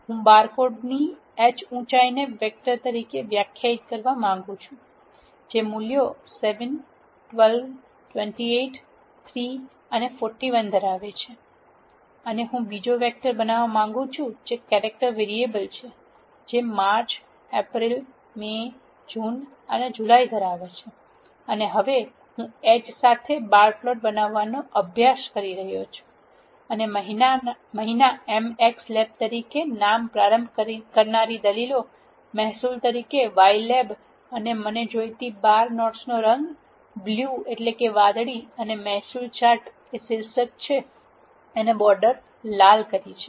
હું બારકોડની h ઉંચાઈને વેક્ટર તરીકે વ્યાખ્યાયિત કરવા માંગુ છું જે મૂલ્યો 7 12 28 3 અને 41 ધરાવે છે અને હું બીજો વેક્ટર બનાવવા માંગુ છું જે કેરેક્ટર વેરીએબલ છે જે માર્ચ એપ્રિલ મે જૂન અને જુલાઇ ધરાવે છે અને હવે હું h સાથે બાર પ્લોટ બનાવવાનો પ્રયાસ કરી રહ્યો છું અને મહિનાના m x લેબ તરીકે નામ પ્રારંભ કરનારી દલીલો મહેસૂલ તરીકે y લેબ અને મને જોઈતી બાર નોટ્સનો રંગ વાદળી અને મહેસૂલ ચાર્ટે એ શીર્ષક છે અને બોર્ડર લાલ છે